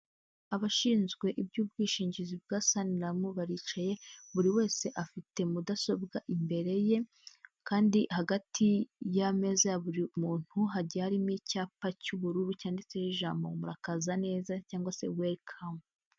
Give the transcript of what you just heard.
Abashinzwe iby'ubwishingizi bwa Sanlam baricaye, buri wese afite mudasobwa imbere ye; kandi hagati y'ameza ya buri muntu hagiye harimo icyapa cy'ubururu cyanditseho ijambo ''murakaza neza'' cyangwa se ''welcome''.